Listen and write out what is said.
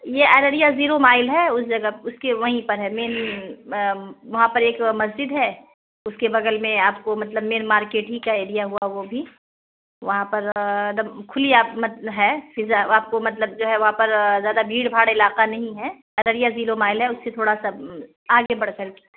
یہ Araria zero mile ہے اس جگہ اس کے وہیں پر ہے مین وہاں پر ایک مسجد ہے اس کے بگل میں آپ کو مطلب مین مارکیٹ ہی کا ایریا ہوا وہ بھی وہاں پر د کھلی آپ ہے فضا آپ کو مطلب جو ہے وہاں پر زیادہ بھیڑ بھاڑ علاقہ نہیں ہے ارریہ زیرو مائل ہے اس سے تھوڑا سا آگے بڑھ کر